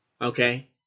Okay